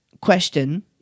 question